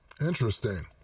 Interesting